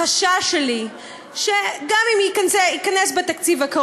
החשש שלי הוא שגם אם ייכנסו בתקציב